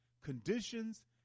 conditions